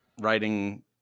writing